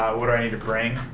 what i need to bring.